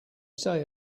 say